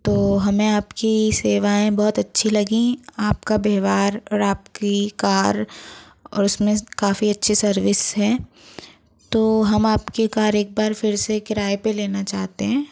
तो हमें आपकी सेवाएं बहुत अच्छी लगीं आपका व्यवहार और आपकी कार और उसमें काफ़ी अच्छी सर्विस है तो हम आपकी कार एक बार फिर से किराए पे लेना चाहते हैं